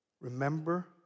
remember